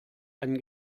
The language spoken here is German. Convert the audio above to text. einen